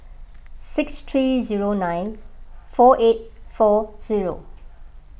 six three zero nine four eight four zero